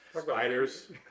Spiders